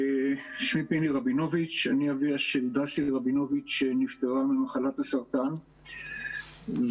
אני אביה של דסי רבינוביץ' שנפטרה ממחלת הסרטן ואני